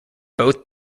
both